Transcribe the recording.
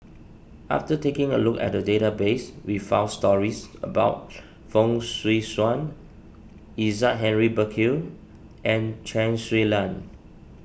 after taking a look at the database we found stories about Fong Swee Suan Isaac Henry Burkill and Chen Su Lan